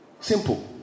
Simple